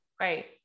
right